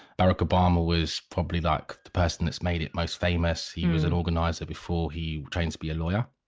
barack obama was probably like the person that made it most famous. he was an organiser before he trained to be a lawyer.